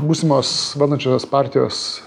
būsimos valdančiosios partijos